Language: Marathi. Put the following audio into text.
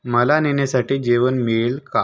मला नेण्यासाठी जेवण मिळेल का